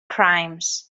crimes